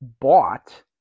bought